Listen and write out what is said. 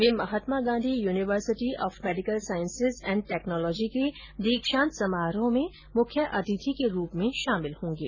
way Mahatma Gandhi university of medical साईसेज and technology के दीक्षांत समारोह में मुख्य अतिथि के रूप में शाामिल होंगे